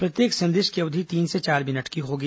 प्रत्येक संदेश की अवधि तीन से चार मिनट की होगी